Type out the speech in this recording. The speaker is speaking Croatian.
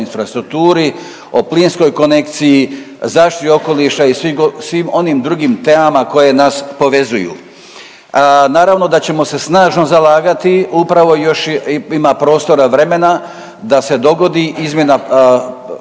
infrastrukturi, o plinskoj konekciji, zaštiti okoliša i svim onim drugim temama koje nas povezuju. Naravno da ćemo se snažno zalagati upravo još ima prostora, vremena, da se dogodi izmjena,